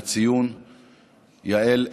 יעל,